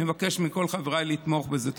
אני מבקש מכל חבריי לתמוך בזה.